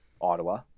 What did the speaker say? Ottawa